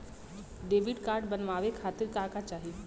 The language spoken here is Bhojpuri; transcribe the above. डेबिट कार्ड बनवावे खातिर का का चाही?